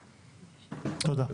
תודה.